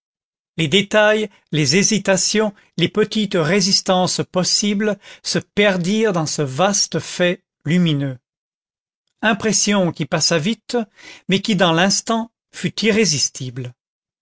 les détails les hésitations les petites résistances possibles se perdirent dans ce vaste fait lumineux impression qui passa vite mais qui dans l'instant fut irrésistible